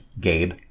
Gabe